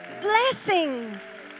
Blessings